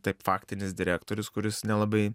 taip faktinis direktorius kuris nelabai